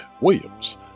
Williams